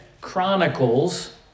Chronicles